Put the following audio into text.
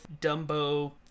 Dumbo